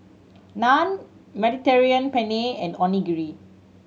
Naan Mediterranean Penne and Onigiri